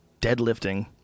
deadlifting